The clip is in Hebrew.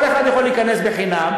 כל אחד יכול להיכנס חינם,